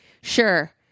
sure